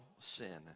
sin